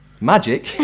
Magic